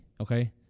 Okay